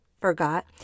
Forgot